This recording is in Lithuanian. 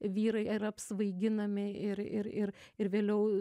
vyrai yra apsvaiginami ir ir ir ir vėliau